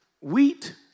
Wheat